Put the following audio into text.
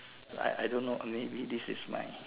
like I don't know maybe this is my